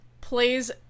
plays